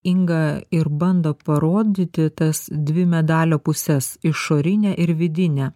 inga ir bando parodyti tas dvi medalio puses išorinę ir vidinę